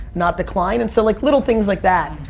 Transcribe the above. not decline. and so like little things like that,